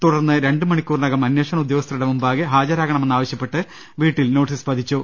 തുടർന്ന് രണ്ട് മണിക്കൂ റിനകം അന്വേഷണ ഉദ്യോഗസ്ഥരുടെ മുമ്പാകെ ഹാജരാകണമെ ന്നാവശ്യപ്പെട്ട് വീട്ടിൽ നോട്ടീസ് പതിച്ചു